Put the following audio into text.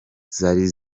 zari